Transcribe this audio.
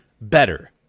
better